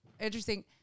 interesting